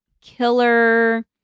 killer